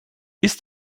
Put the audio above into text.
ist